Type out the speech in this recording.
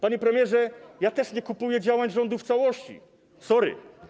Panie premierze, ja też nie kupuję działań rządu w całości, sorry.